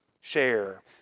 Share